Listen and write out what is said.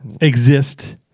exist